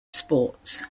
sports